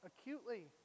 acutely